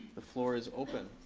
the floor is open.